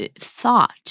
thought